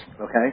Okay